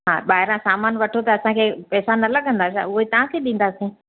हा ॿाहिरां सामान वठो त असांखे पैसा न लॻंदा छा उहे तव्हांखे ॾींदासीं